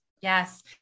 Yes